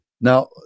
Now